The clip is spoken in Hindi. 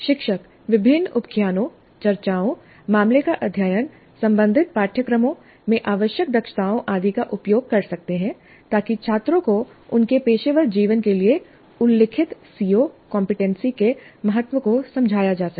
शिक्षक विभिन्न उपाख्यानों चर्चाओं मामले का अध्ययन संबंधित पाठ्यक्रमों में आवश्यक दक्षताओं आदि का उपयोग कर सकते हैं ताकि छात्रों को उनके पेशेवर जीवन के लिए उल्लिखित सीओ कंपीटेंसी के महत्व को समझाया जा सके